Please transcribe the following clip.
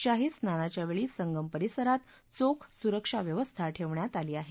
शाही स्नानाच्यावेळी संगम परिसरात चोख सुरक्षा व्यवस्था ठेवण्यात आली आहे